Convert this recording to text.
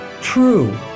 True